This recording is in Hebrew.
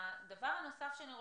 הדבר הנוסף שאני רוצה,